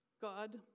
God